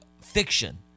fiction